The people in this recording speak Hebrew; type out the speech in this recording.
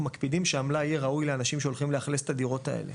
אנחנו מקפידים שהמלאי יהיה ראוי לאנשים שהולכים לאכלס את הדירות האלה